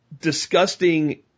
disgusting